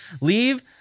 leave